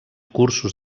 cursos